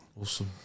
Awesome